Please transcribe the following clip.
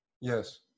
Yes